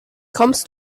kommst